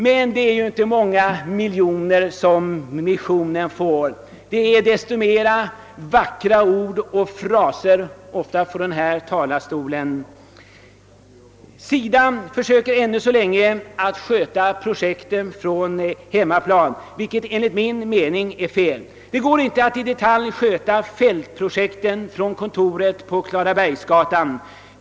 men den får inte många miljoner, utan det är mest fråga om vackra ord och fraser, ofta från den:.här talarstolen. SIDA försöker. ännu: så länge att sköta projekten från hemmaplan, vilket en ligt min mening är felaktigt — det går inte att i detalj sköta fältprojekten från kontoret på Klarabergsgatan.